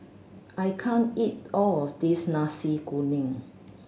I can't eat all of this Nasi Kuning